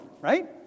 right